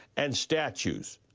and statues.